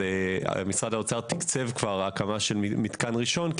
משרד האוצר תקצב כבר הקמה של מתקן ראשון,